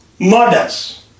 Murders